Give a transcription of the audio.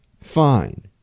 fine